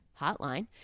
hotline